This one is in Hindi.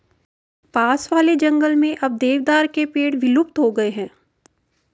पास वाले जंगल में अब देवदार के पेड़ विलुप्त हो गए हैं